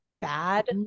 bad